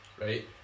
right